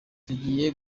tugiye